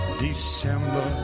December